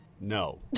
No